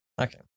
Okay